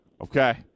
Okay